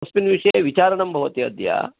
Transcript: तस्मिन् विषये विचारणं भवति अद्य